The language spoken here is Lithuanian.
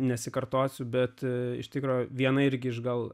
nesikartosiu bet iš tikro vienai irgi iš gal